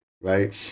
right